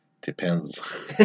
Depends